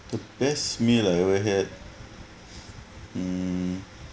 the best meal I ever had hmm